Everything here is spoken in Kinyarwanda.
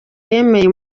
yemeye